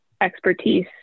expertise